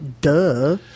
duh